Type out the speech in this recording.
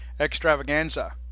extravaganza